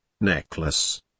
necklace